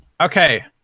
Okay